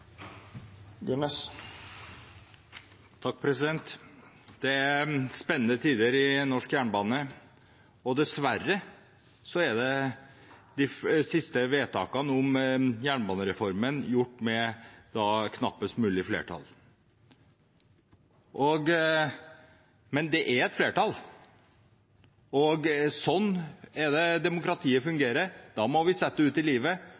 Det er spennende tider i norsk jernbane, og dessverre er de siste vedtakene om jernbanereformen gjort med knappest mulig flertall. Men det er et flertall, og sånn er det demokratiet fungerer: Da må vi sette det ut i livet